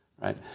right